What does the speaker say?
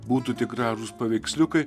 būtų tik gražūs paveiksliukai